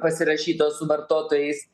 pasirašytos su vartotojais